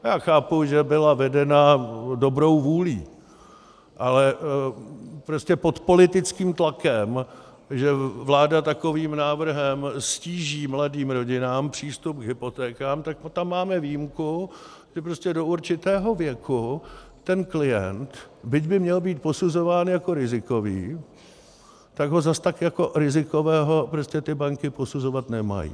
Já chápu, že byla vedena dobrou vůlí, ale prostě pod politickým tlakem, že vláda takovým návrhem ztíží mladým rodinám přístup k hypotékám, tak tam máme výjimku, že prostě do určitého věku ten klient, byť by měl být posuzován jako rizikový, tak ho zas tak jako rizikového prostě ty banky posuzovat nemají.